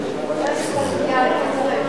איזו קולגיאליות, תראה.